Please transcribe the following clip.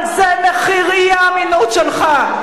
אבל זה מחיר האי-אמינות שלך.